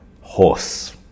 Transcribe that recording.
Horse